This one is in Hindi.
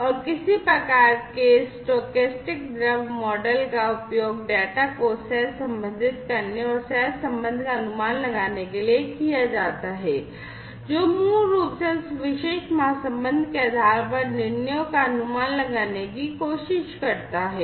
और किसी प्रकार के स्टोकेस्टिक द्रव मॉडल का उपयोग डेटा को सहसंबंधित करने और सहसंबंध का अनुमान लगाने के लिए किया जाता है जो मूल रूप से उस विशेष सहसंबंध के आधार पर निर्णयों का अनुमान लगाने की कोशिश करता है